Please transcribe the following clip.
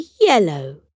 yellow